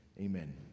Amen